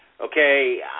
Okay